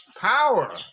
power